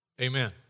Amen